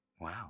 Wow